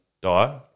die